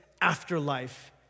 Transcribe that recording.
afterlife